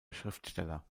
schriftsteller